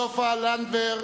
סופה לנדבר,